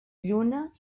lluna